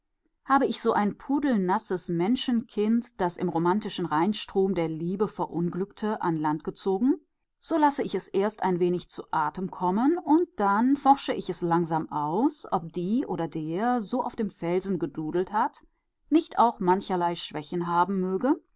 habe ich so ein pudelnasses menschenkind das im romantischen rheinstrom der liebe verunglückte ans land gezogen so lasse ich es erst ein wenig zu atem kommen und dann forsche ich es langsam aus ob die oder der so auf dem felsen gedudelt hat nicht auch mancherlei schwächen haben